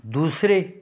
ਦੂਸਰੇ